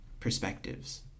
perspectives